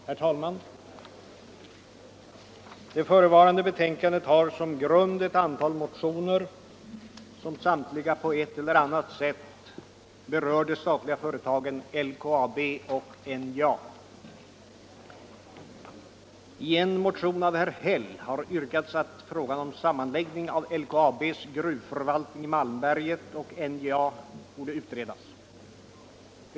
Herr talman! Det förevarande betänkandet har som grund ett antal motioner, som samtliga på ett eller annat sätt berör de statliga företagen LKAB och NJA. I en motion av herr Häll har yrkats att frågan om sammanläggning av LKAB:s gruvförvaltning i Malmberget och NJA skall utredas.